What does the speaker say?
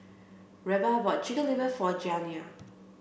Reba bought chicken liver for Janiah